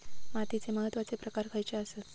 मातीचे महत्वाचे प्रकार खयचे आसत?